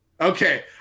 Okay